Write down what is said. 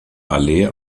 allee